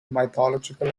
mythological